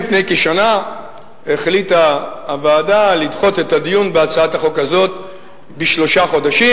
לפני כשנה החליטה הוועדה לדחות את הדיון בהצעת החוק הזאת בשלושה חודשים.